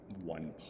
one